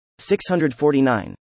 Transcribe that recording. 649